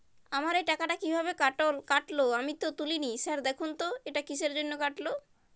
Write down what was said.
আমার এই টাকাটা কীভাবে কাটল আমি তো তুলিনি স্যার দেখুন তো এটা কিসের জন্য কাটল?